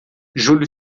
julho